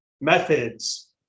methods